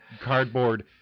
cardboard